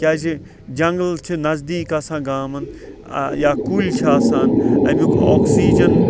کیازِ جَنٛگَل چھِ نَزدیک آسان گامَن یا کُلۍ چھِ آسان امیُک آکسیجَن